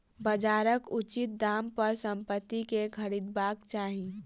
बजारक उचित दाम पर संपत्ति के खरीदबाक चाही